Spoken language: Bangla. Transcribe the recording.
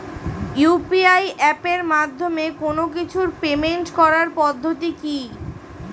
ইউ.পি.আই এপের মাধ্যমে কোন কিছুর পেমেন্ট করার পদ্ধতি কি?